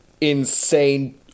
insane